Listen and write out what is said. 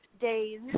days